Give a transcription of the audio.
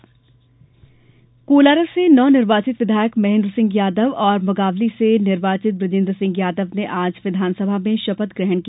शपथ कोलारस से नवनिर्वाचित विधायक महेन्द्र सिंह यादव और मुंगावली से निर्वाचित बुजेन्द्र सिंह यादव ने आज विधानसभा में शपथ ग्रहण की